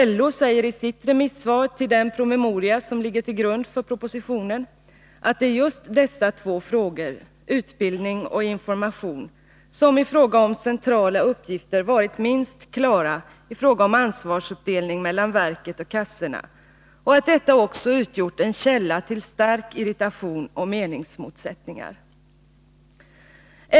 LO säger i sitt remissvar över den promemoria som ligger till grund för propositionen att det är i just dessa två frågor — utbildning och information — som ansvarsuppdelningen mellan verket och kassorna beträffande centrala uppgifter varit minst klara och att detta också utgjort en källa till stark irritation och meningsmotsättningar.